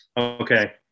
okay